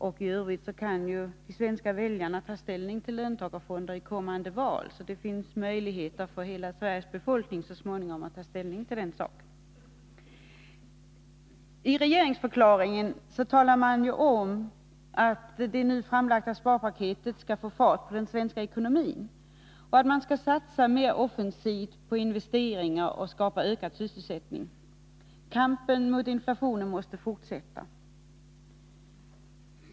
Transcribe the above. I övrigt kan ju de svenska väljarna ta ställning till frågan om löntagarfonder i kommande val. Det finns alltså möjligheter för hela Sveriges folk att så småningom ta ställning till den saken. I regeringsförklaringen talar man om att det nu framlagda sparpaketet skall få fart på ekonomin och att man skall satsa mer offensivt på investeringar och skapa ökad sysselsättning. Kampen mot inflationen måste fortsätta, säger man.